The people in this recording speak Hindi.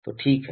तो ठीक है